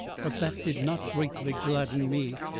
but that did not greatly gladden me.